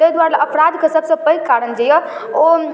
ताहि दुआरे अपराधके सबसँ पैघ कारण जे अइ ओ